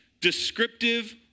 descriptive